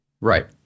Right